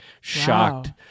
shocked